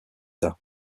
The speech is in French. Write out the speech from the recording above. tard